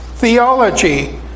theology